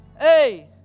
Hey